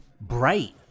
Bright